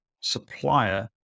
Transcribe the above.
supplier